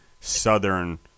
southern